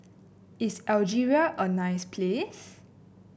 is Algeria a nice place